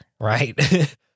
right